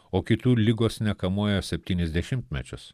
o kitų ligos nekamuoja septynis dešimtmečius